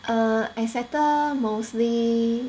err I settle mostly